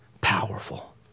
powerful